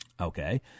Okay